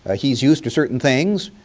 ah he's used to certain things